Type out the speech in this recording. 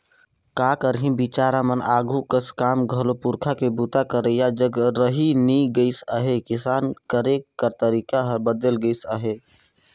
का करही बिचारा मन आघु कस काम घलो पूरखा के बूता करइया जग रहि नी गइस अहे, किसानी करे कर तरीके हर बदेल गइस अहे